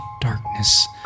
darkness